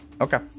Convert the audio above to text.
Okay